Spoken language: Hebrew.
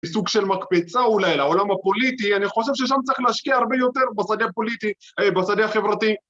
סוג של מקפיצה אולי לעולם הפוליטי, אני חושב ששם צריך להשקיע הרבה יותר בשדה החברתי.